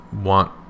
want